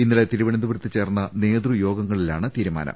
ഇന്നലെ തിരുവനന്തപുരത്ത് ചേർന്ന നേതൃയോഗങ്ങളിലാണ് തീരുമാനം